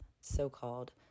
so-called